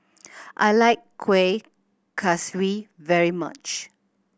I like Kuih Kaswi very much